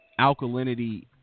alkalinity